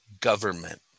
government